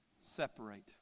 Separate